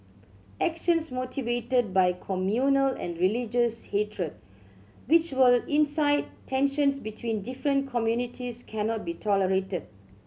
actions motivated by communal and religious hatred which will incite tensions between different communities cannot be tolerated